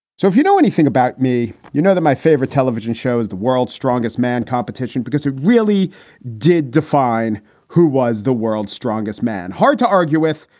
so if you know anything about me, you know that my favorite television show is the world's strongest man competition because it really did define who was the world's strongest man. hard to argue with,